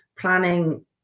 planning